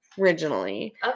originally